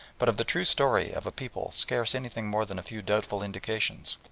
but of the true story of a people scarce anything more than a few doubtful indications.